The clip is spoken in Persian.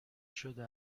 شده